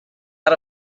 out